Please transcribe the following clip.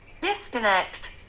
Disconnect